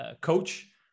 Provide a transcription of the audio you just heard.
coach